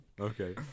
Okay